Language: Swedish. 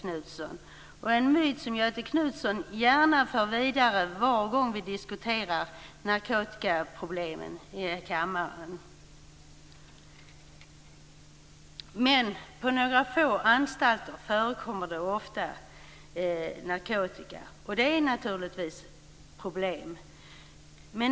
Det är en myt, som Göthe Knutson gärna för vidare varje gång vi här i kammaren diskuterar narkotikaproblemen. På några få anstalter förekommer det ofta narkotika, och det är naturligtvis ett problem.